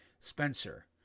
Spencer